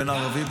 בין שערבי,